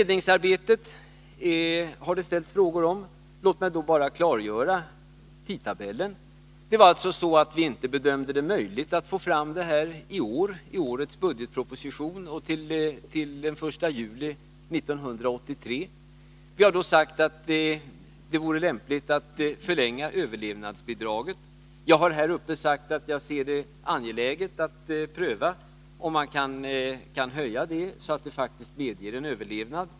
Det har ställts frågor om beredningsarbetet. Låt mig bara klargöra tidtabellen. Vi bedömde det inte möjligt att få det klart till den 1 juli 1983 och har därför sagt oss att det är lämpligt att förlänga överlevnadsbidraget. Från talarstolen har jag sagt att jag anser det angeläget att pröva om detta bidrag kan höjas, så att det faktiskt möjliggör en överlevnad.